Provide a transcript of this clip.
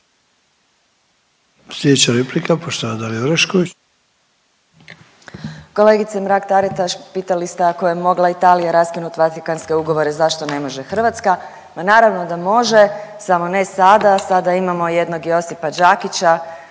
imenom i prezimenom)** Kolegice Mrak Taritaš pitali ste ako je mogla Italija raskinut Vatikanske ugovore zašto ne može Hrvatska, ma naravno da može samo ne sada, sada imamo jednog Josipa Đakića